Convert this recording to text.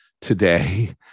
today